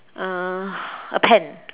uh a pen